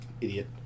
Idiot